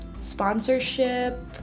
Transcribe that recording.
sponsorship